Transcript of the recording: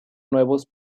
nuevos